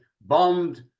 bombed